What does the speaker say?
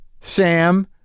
Sam